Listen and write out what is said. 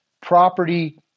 property